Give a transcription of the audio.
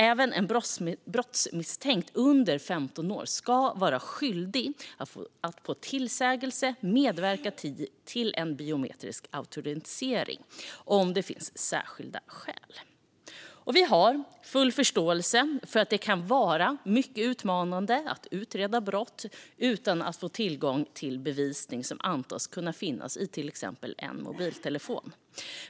Även en brottsmisstänkt under 15 år ska vara skyldig att på tillsägelse medverka till en biometrisk autentisering om det finns särskilda skäl. Vi har full förståelse för att det kan vara mycket utmanande att utreda brott utan att få tillgång till bevisning som antas kunna finnas i till exempel en mobiltelefon.